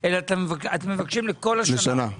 אלא לכל השנה.